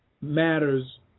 matters